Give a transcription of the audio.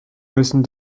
müssen